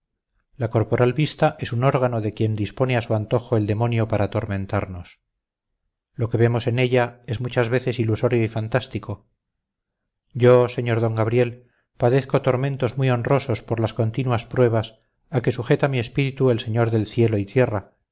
la corporal vista es un órgano de quien dispone a su antojo el demonio para atormentarnos lo que vemos en ella es muchas veces ilusorio y fantástico yo sr d gabriel padezco tormentos muy horrorosos por las continuas pruebas a que sujeta mi espíritu el señor de cielo y tierra